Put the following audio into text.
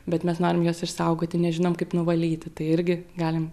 bet mes norim juos išsaugoti nežinom kaip nuvalyti tai irgi galim